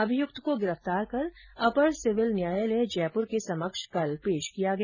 अभियुक्त को गिरफ्तार कर अपर सिविल न्यायालय जयपुर के समक्ष कल पेश किया गया